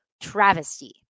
travesty